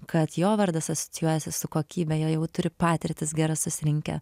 kad jo vardas asocijuojasi su kokybe jie jau turi patirtis geras susirinkę